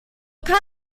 kann